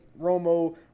Romo